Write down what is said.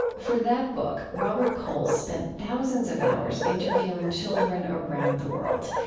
for that book, robert coles spent thousands of hours interviewing children around the world,